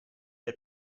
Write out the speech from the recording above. had